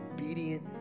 obedient